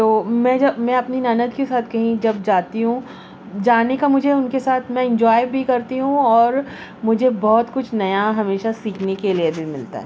تو میں جب میں اپنی نند کے ساتھ کہیں جب جاتی ہوں جانے کا مجھے ان کے ساتھ میں انجوائے بھی کرتی ہوں اور مجھے بہت کچھ نیا ہمیشہ سیکھنے کے لیے بھی ملتا ہے